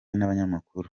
n’abanyamakuru